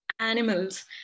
Animals